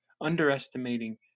Underestimating